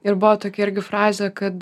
ir buvo tokia irgi frazė kad